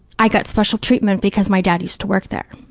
i got special treatment because my dad used to work there,